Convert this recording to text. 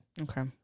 Okay